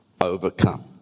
overcome